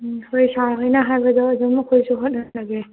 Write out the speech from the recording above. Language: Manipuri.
ꯎꯝ ꯍꯣꯏ ꯁꯥꯔ ꯍꯣꯏꯅ ꯍꯥꯏꯕꯗꯣ ꯑꯗꯨꯝ ꯑꯩꯈꯣꯏꯁꯨ ꯍꯣꯠꯅꯖꯒꯦ